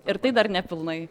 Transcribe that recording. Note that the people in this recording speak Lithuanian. ir tai dar nepilnai